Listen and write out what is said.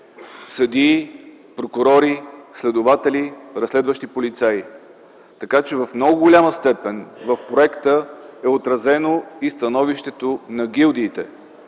съдии, прокурори, следователи, разследващи полицаи. Така че в много голяма степен в проекта е отразено и становището на гилдиите.